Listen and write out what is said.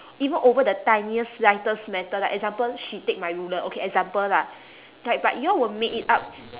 even over the tiniest lightest matter like example she take my ruler okay example lah like but y'all will make it up